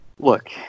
look